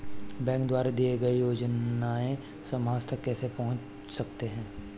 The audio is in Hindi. बैंक द्वारा दिए गए योजनाएँ समाज तक कैसे पहुँच सकते हैं?